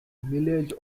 village